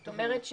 זאת אומרת,